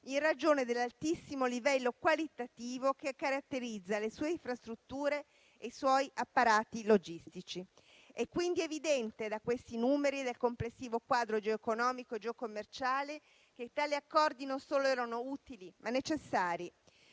in ragione dell'altissimo livello qualitativo che caratterizza le sue infrastrutture e i suoi apparati logistici. È quindi evidente, da questi numeri del complessivo quadro geoeconomico e geocommerciale, che tali accordi non solo erano utili, ma necessari.